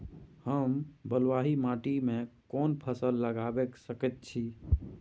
हम बलुआही माटी में कोन फसल लगाबै सकेत छी?